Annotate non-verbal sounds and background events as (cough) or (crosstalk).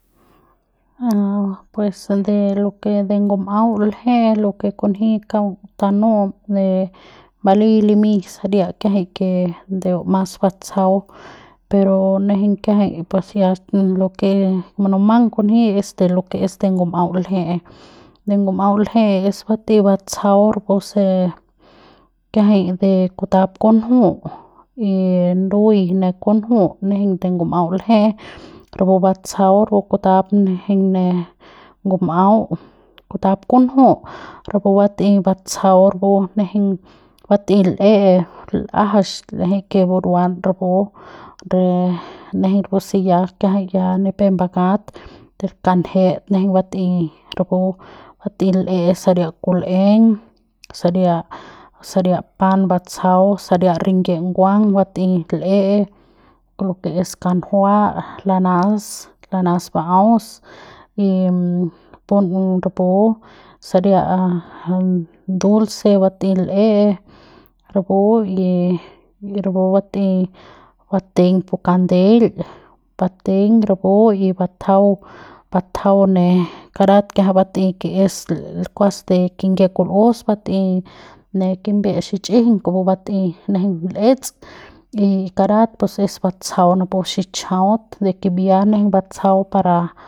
(hesitation) pues de lo que de ngum'au lje'e lo que kunji kaung tanu'um de vali limy saria kiajay que ndeu mas batsajau pero nejeiñ kiajay pues ya lo que munumang kunji es lo que es de ngum'au lje'e de ngum'au lje'e es bat'ey batsajau puse kiajay dekutap kunju y nui ne kunju nejeiñ de ngim'au lje'e rapu batsajau kutap nejeiñ ne ngum'au kutap kunju rapu bat'ey batsajau rapu nejeiñ bat'ey l'e l'ajax l'eje que buruan rapu r nejeiñ rapu se ya kiajay ya nipep mbakat de kanjet nejeiñ bat'ey rapu bat'ey l'e saria kul'eng saria saria pan batsajau saria rinyie nguang bat'ey l'e lo que es kanjua lanas lanas ba'aus y pun rapu saria a dulces bat'ey l'e rapu y y rapu bat'ey bateiñ pu kandel bateiñ rapu y batjau batjau ne karat kiajay bat'ey que es kuas de kinyie kul'os bat'ey ne kimbie xichijiñ kupu bat'ey nejeiñ l'ets pues karat es batsajau napu xichajaut de kibia nejeiñ batsajau para.